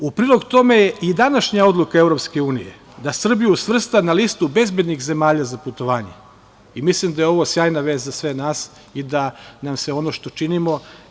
U prilog tome je i današnja odluka EU da Srbiju svrsta na listu bezbednih zemalja za putovanje i mislim da je ovo sjajna vest za sve nas i da nam se ono što činimo.